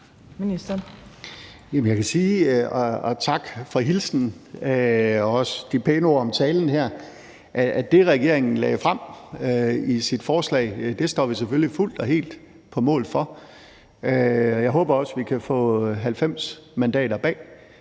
Tak for hilsenen og også for de pæne ord om talen her. Jeg kan sige, at det, regeringen lagde frem i sit forslag, står vi selvfølgelig fuldt og helt på mål for, og jeg håber også, at vi kan få 90 mandater bag.